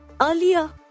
Earlier